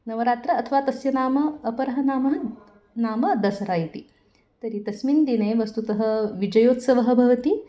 नवरात्र अथवा तस्य नाम अपरः नामः नाम दसरा इति तर्हि तस्मिन् दिने वस्तुतः विजयोत्सवः भवति